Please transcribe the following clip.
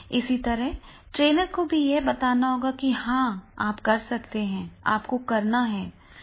इसी तरह ट्रेनर को यह बताना होगा कि हां आप कर सकते हैं और आपको करना है